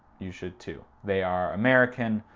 you should too. they are american,